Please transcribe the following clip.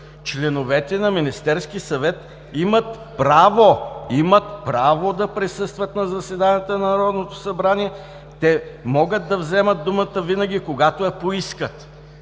„Членовете на Министерския съвет имат право – имат право! – да присъстват на заседанията на Народното събрание. Те могат да вземат думата винаги, когато я поискат“.